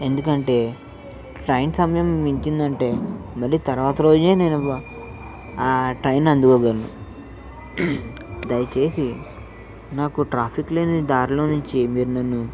ఎందుకంటే ట్రైన్ సమయం మించిందంటే మళ్ళీ తర్వాత రోజే నేను ఆ ట్రైన్ అందుకోగలను దయచేసి నాకు ట్రాఫిక్లేని దారిలో నుంచీ మీరు నన్ను